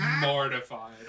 mortified